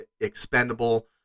expendable